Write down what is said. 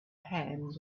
hand